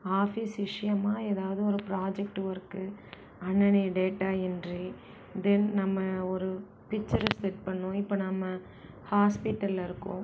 office விஷயமா ஏதாவுது ஒரு ப்ராஜக்ட்டு ஒர்க்கு அன்னன்னைய டேட்டா என்ட்ரி இப்படின்னு நம்ம ஒரு பிக்ச்சரை செட் பண்ணணும் இப்போ நம்ம ஹாஸ்பிட்டல்ல இருக்கோம்